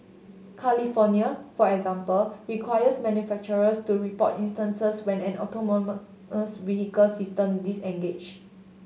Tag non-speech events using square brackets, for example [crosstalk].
California for example requires manufacturers to report instances when an [unintelligible] vehicle system disengage